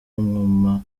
umwuma